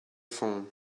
form